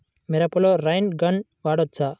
మిరపలో rain gun వాడవచ్చా?